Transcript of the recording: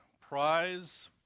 prize